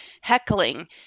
heckling